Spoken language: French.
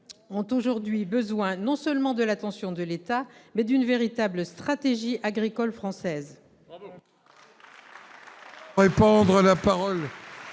ont aujourd'hui besoin non seulement de l'attention de l'État, mais aussi d'une véritable stratégie agricole française